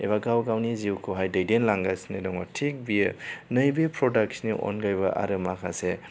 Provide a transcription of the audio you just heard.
एबा गाव गावनि जिउखौहाय दैदेनलांगासिनो दङ थिग बियो नैबे प्रडाक्शनि अनगायैबो आरो माखासे